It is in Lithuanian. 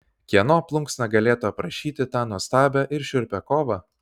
kieno plunksna galėtų aprašyti tą nuostabią ir šiurpią kovą